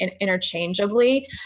interchangeably